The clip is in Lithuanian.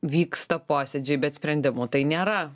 vyksta posėdžiai bet sprendimų tai nėra